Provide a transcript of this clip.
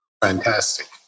Fantastic